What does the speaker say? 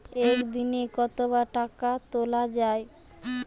একদিনে কতবার টাকা তোলা য়ায়?